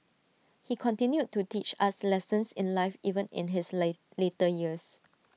he continued to teach us lessons in life even in his late later years